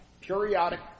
periodic